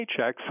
paychecks